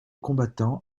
combattants